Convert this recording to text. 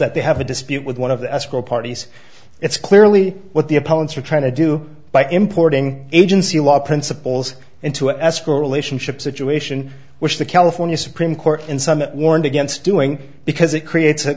that they have a dispute with one of the escrow parties it's clearly what the opponents are trying to do by importing agency law principles into escrow relationship situation which the california supreme court in some warned against doing because it creates a